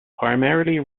primarily